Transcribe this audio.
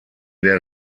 der